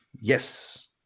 yes